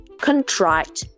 contrite